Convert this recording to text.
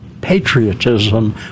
patriotism